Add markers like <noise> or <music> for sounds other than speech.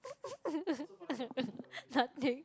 <laughs> nothing